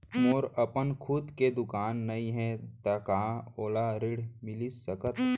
मोर अपन खुद के दुकान नई हे त का मोला ऋण मिलिस सकत?